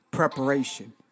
Preparation